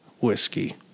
whiskey